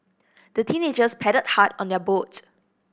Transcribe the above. the teenagers paddled hard on their boat